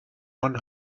one